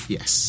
Yes